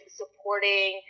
supporting